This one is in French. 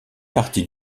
partie